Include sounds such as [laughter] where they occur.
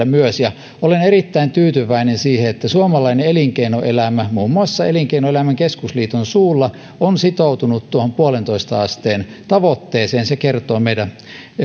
[unintelligible] myös ja olen erittäin tyytyväinen siihen että suomalainen elinkeinoelämä muun muassa elinkeinoelämän keskusliiton suulla on sitoutunut tuohon yhteen pilkku viiteen asteen tavoitteeseen se kertoo meidän